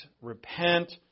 Repent